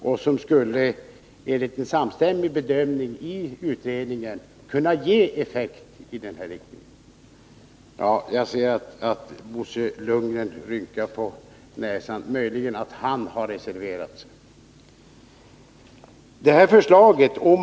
Enligt utredningens samstämmiga bedömning skulle det kunna bli en effekt i rätt riktning. Jag ser att Bo Lundgren rynkar på näsan — möjligen har han reserverat sig.